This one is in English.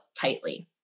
tightly